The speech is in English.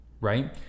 right